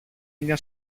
μια